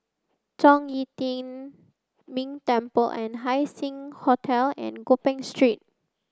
Zhong Yi Tian Ming Temple and Haising Hotel and Gopeng Street